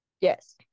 Yes